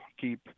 keep